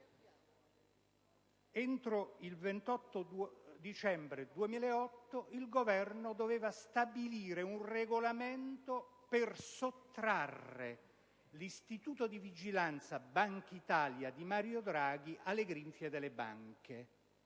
Entro il 28 dicembre 2008 il Governo doveva quindi stabilire un regolamento per sottrarre l'istituto di vigilanza Bankitalia di Mario Draghi alle grinfie delle banche.